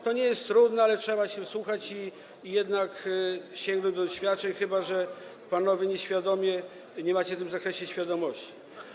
To nie jest trudne, ale trzeba się wsłuchać i jednak sięgnąć do doświadczeń, chyba że panowie nie macie w tym zakresie świadomości.